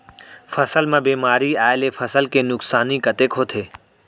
फसल म बेमारी आए ले फसल के नुकसानी कतेक होथे?